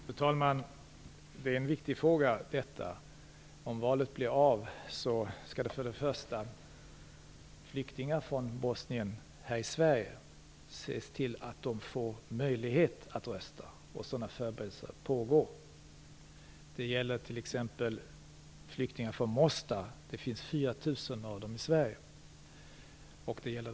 Fru talman! Detta är en viktig fråga. Om valet blir av skall det för det första ses till att flyktingar från Bosnien här i Sverige får möjlighet att rösta, och sådana förberedelser pågår. Det gäller t.ex. flyktingar från Mostar, som det finns 4 000 av i Sverige, och även de andra.